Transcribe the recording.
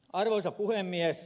arvoisa puhemies